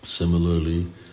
Similarly